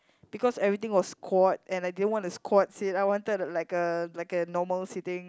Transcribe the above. because everything was squat and I didn't want a squat seat I wanted like a like a normal seating